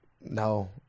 No